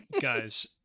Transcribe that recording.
Guys